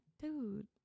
dude